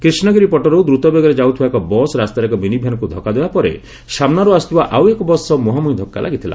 କ୍ରିଷଗିରି ପଟରୁ ଦ୍ରତବେଗରେ ଯାଉଥିବା ଏକ ବସ୍ ରାସ୍ତାରେ ଏକ ମିନିଭ୍ୟାନ୍କୁ ଧକ୍କା ଦେବା ପରେ ସାମ୍ନାରୁ ଆସୁଥିବା ଆଉ ଏକ ବସ୍ ସହ ମୁହାଁମୁହିଁ ଧକ୍କା ଲାଗିଥିଲା